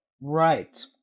right